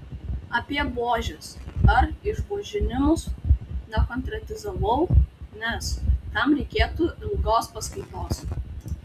apie buožes ar išbuožinimus nekonkretizavau nes tam reikėtų ilgos paskaitos